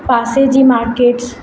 पासे जी मार्केट्स